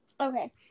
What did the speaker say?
Okay